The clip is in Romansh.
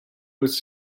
nus